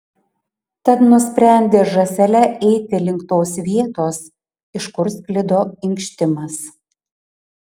tad nusprendė žąsele eiti link tos vietos iš kur sklido inkštimas